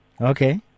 Okay